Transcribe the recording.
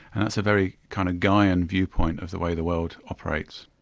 and that's a very kind of gaian view point of the way the world operates.